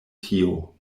tio